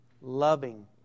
loving